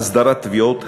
הסדרת תביעות הבעלות.